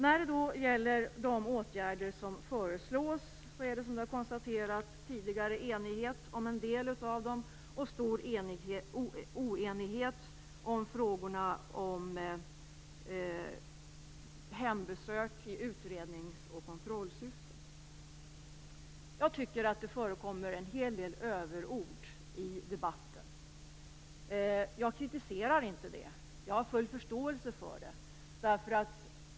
När det gäller de åtgärder som föreslås är det som konstaterats tidigare enighet om en del av dem och stor oenighet om frågorna om hembesök i utredningsoch kontrollsyfte. Jag tycker att det förekommer en hel del överord i debatten. Jag kritiserar inte det. Jag har full förståelse för det.